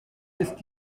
ist